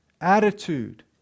attitude